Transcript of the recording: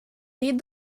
lead